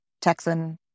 Texan